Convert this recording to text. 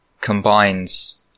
combines